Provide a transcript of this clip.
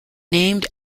named